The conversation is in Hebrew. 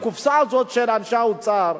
הקופסה הזאת של אנשי האוצר,